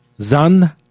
Zan